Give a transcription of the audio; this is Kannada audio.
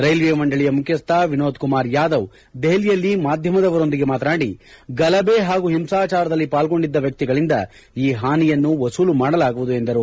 ರೈಲ್ವೆ ಮಂಡಳಿಯ ಮುಖ್ಯಸ್ಥ ವಿನೋದ್ ಕುಮಾರ್ ಯಾದವ್ ದೆಹಲಿಯಲ್ಲಿ ಮಾಧ್ವಮದವರೊಂದಿಗೆ ಮಾತನಾಡಿ ಗಲಭೆ ಹಾಗೂ ಹಿಂಸಾಚಾರದಲ್ಲಿ ಪಾಲ್ಗೊಂಡಿದ್ದ ವ್ಹಿಗಳಿಂದ ಈ ಹಾನಿಯನ್ನು ವಸೂಲು ಮಾಡಲಾಗುವುದು ಎಂದರು